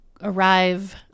arrive